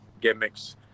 gimmicks